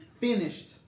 finished